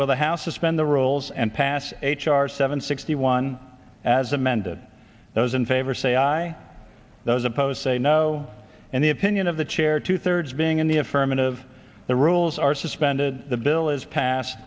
will the house suspend the rules and pass h r seven sixty one as amended those in favor say aye those opposed say no and the opinion of the chair two thirds being in the affirmative the rules are suspended the bill is passed